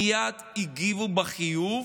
הגיבו בחיוב